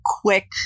quick